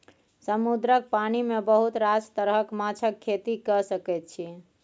समुद्रक पानि मे बहुत रास तरहक माछक खेती कए सकैत छी